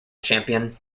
champion